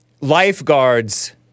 Lifeguards